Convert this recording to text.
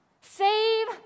save